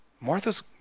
Martha's